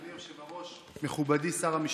אדוני היושב-ראש, מכובדי שר המשפטים,